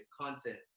content